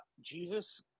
Jesus